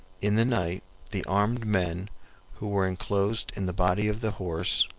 in the night the armed men who were enclosed in the body of the horse,